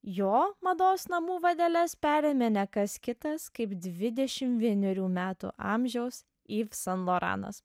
jo mados namų vadeles perėmė ne kas kitas kaip dvidešim vienerių metų amžiaus iv san loranas